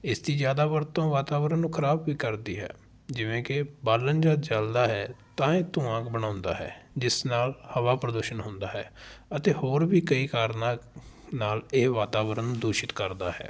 ਇਸ ਦੀ ਜ਼ਿਆਦਾ ਵਰਤੋਂ ਵਾਤਾਵਰਨ ਨੂੰ ਖਰਾਬ ਵੀ ਕਰਦੀ ਹੈ ਜਿਵੇਂ ਕਿ ਬਾਲਨ ਜਾਂ ਜੱਲਦਾ ਹੈ ਤਾਂ ਇਹ ਧੂੰਆਂ ਬਣਾਉਂਦਾ ਹੈ ਜਿਸ ਨਾਲ ਹਵਾ ਪ੍ਰਦੂਸ਼ਣ ਹੁੰਦਾ ਹੈ ਅਤੇ ਹੋਰ ਵੀ ਕਈ ਕਾਰਨਾਂ ਨਾਲ ਇਹ ਵਾਤਾਵਰਨ ਦੂਸ਼ਿਤ ਕਰਦਾ ਹੈ